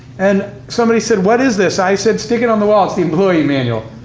and somebody said, what is this? i said, stick it on the wall, it's the employee manual.